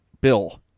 Bill